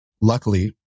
luckily